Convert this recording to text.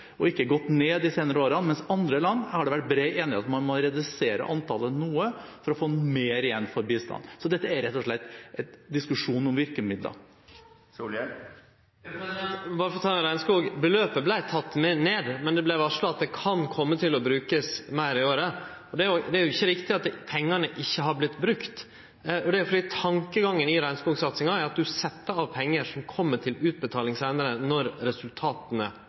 og ikke gått ned de senere årene, mens det i andre land har vært bred enighet om at man må redusere antallet noe for å få mer igjen for bistanden. Dette er rett og slett en diskusjon om virkemidler. Når det gjeld regnskog, vart beløpet redusert, men det vart varsla at det kan kome til å verte brukt meir i året. Det er ikkje rett at pengane ikkje har vorte brukte. Det er fordi tankegangen i regnskogsatsinga er at ein set av pengar som kjem til utbetaling seinare, når